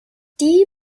die